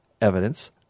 evidence